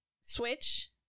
Switch